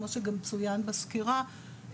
כמו שגם צויין בסקירה,